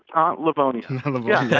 aunt livonia yeah,